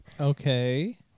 Okay